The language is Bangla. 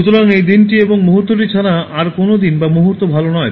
সুতরাং এই দিনটি এবং এই মুহুর্তটি ছাড়া আর কোনও দিন বা মুহূর্ত ভাল নয়